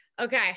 okay